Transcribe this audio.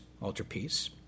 altarpiece